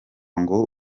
ngo